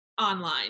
online